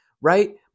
right